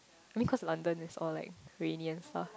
I mean cause London is all like rainy and stuff